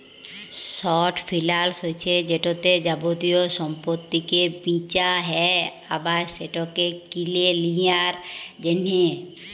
short ফিলালস হছে যেটতে যাবতীয় সম্পত্তিকে বিঁচা হ্যয় আবার সেটকে কিলে লিঁয়ার জ্যনহে